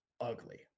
ugly